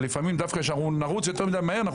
אבל לפעמים דווקא כשאנחנו נרוץ יותר מידי מהר אנחנו